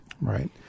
Right